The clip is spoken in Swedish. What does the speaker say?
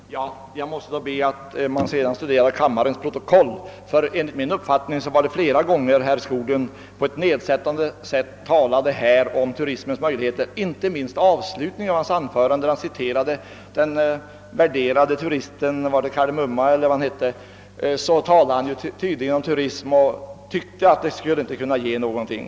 Herr talman! Jag måste be att få hänvisa till kammarprotokollet från dagens debatt. Enligt min uppfattning har herr Skoglund flera gånger talat om turismens möjligheter. Inte minst i slutet av sitt anförande, där han citerade Kar de Mumma, talade han om turismen och framhöll som sin mening att den inte skulle kunna ge någonting.